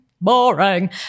boring